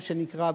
מה שנקרא,